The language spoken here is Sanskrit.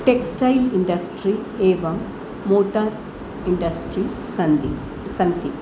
टेक्स्टैल् इण्डस्ट्री एवं मोटर् इण्डस्ट्री सन्ति सन्ति